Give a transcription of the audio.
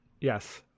yes